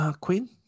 Queen